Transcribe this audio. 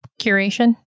curation